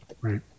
Right